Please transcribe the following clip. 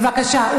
בבקשה.